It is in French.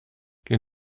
les